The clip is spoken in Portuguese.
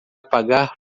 pagar